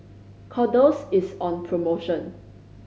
kordel's is on promotion